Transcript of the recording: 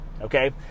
okay